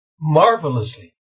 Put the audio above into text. marvelously